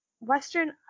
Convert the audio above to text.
Western